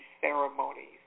ceremonies